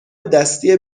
دستی